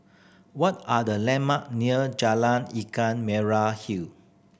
what are the landmark near Jalan Ikan Merah Hill